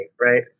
right